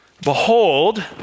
Behold